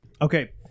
Okay